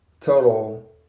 total